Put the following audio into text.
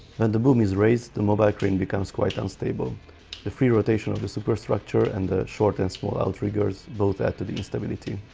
and the boom is raised the mobile crane becomes quite unstable the free rotation of the superstructure and the short and small outriggers both add to the instability.